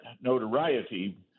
notoriety